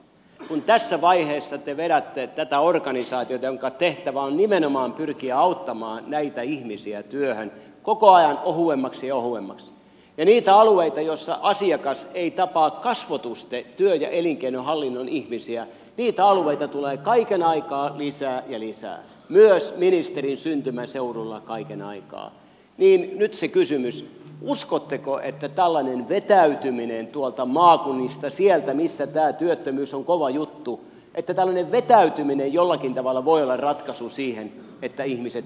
kun tässä vaiheessa te vedätte tätä organisaatiota jonka tehtävä on nimenomaan pyrkiä auttamaan näitä ihmisiä työhön koko ajan ohuemmaksi ja ohuemmaksi ja kun niitä alueita joilla asiakas ei tapaa kasvotusten työ ja elinkeinohallinnon ihmisiä tulee kaiken aikaa lisää ja lisää myös ministerin syntymäseudulla kaiken aikaa niin nyt se kysymys uskotteko että tällainen vetäytyminen tuolta maakunnista sieltä missä tämä työttömyys on kova juttu jollakin tavalla voi olla ratkaisu siihen että ihmiset työllistyvät